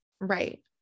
right